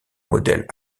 modèles